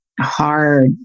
hard